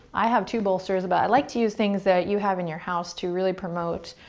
i have two bolsters, but i like to use things that you have in your house to really promote